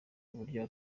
buryo